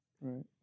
Right